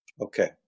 Okay